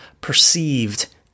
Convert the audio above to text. perceived